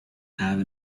have